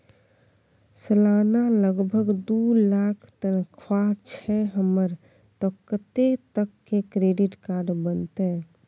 सलाना लगभग दू लाख तनख्वाह छै हमर त कत्ते तक के क्रेडिट कार्ड बनतै?